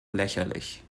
lächerlich